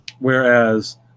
Whereas